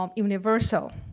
um universal.